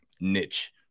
niche